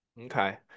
Okay